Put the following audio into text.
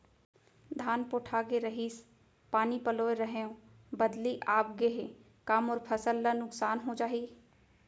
धान पोठागे रहीस, पानी पलोय रहेंव, बदली आप गे हे, का मोर फसल ल नुकसान हो जाही?